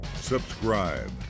subscribe